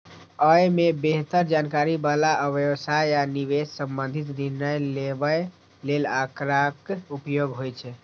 अय मे बेहतर जानकारी बला व्यवसाय आ निवेश संबंधी निर्णय लेबय लेल आंकड़ाक उपयोग होइ छै